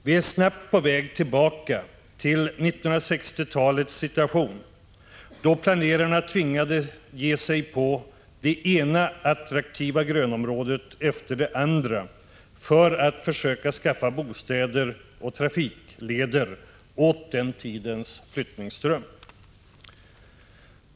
Vi är snabbt på väg tillbaka till 1960-talets situation då planerarna tvingades ge sig på det ena attraktiva grönområdet efter det andra för att försöka skaffa bostäder och trafikleder åt den tidens flyttström.